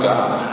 God